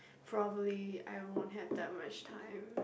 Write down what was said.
probably I won't have that much time